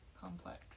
complex